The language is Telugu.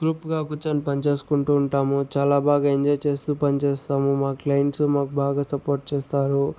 గ్రూప్గా కూర్చొని పనిచేసుకుంటూ ఉంటాము చాలా బాగా ఎంజాయ్ చేస్తూ పని చేస్తాము మా క్లయింట్సు మాకు బాగా సపోర్ట్ చేస్తారు